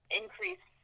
increase